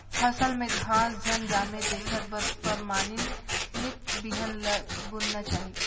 फसल में घास झन जामे तेखर बर परमानित बिहन ल बुनना चाही